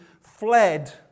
fled